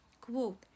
Quote